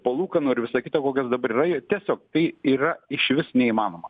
palūkanų ir visa kita kokios dabar yra tiesiog tai yra išvis neįmanoma